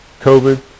COVID